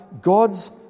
God's